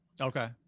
Okay